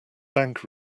bank